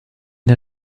der